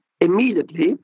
immediately